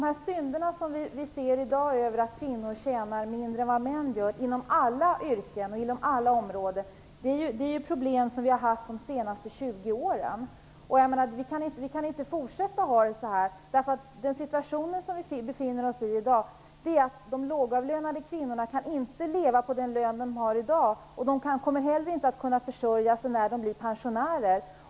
Herr talman! De synder vi ser i dag, att kvinnorna tjänar mindre än männen inom alla yrkesområden, är ju problem som vi har haft under de senaste 20 åren. Vi kan inte fortsätta att ha det så här, därför att den situation som vi befinner oss i dag är att de lågavlönade kvinnorna inte kan leva på den lön de har och de kommer heller inte att kunna försörja sig när de blir pensionärer.